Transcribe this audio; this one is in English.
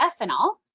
ethanol